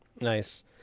Nice